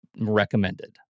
recommended